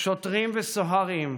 שוטרים וסוהרים,